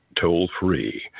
toll-free